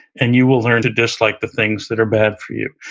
and you will learn to dislike the things that are bad for you.